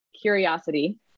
curiosity